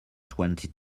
twenty